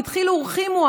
בדחילו ורחימו,